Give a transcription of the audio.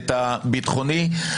הביטחוני.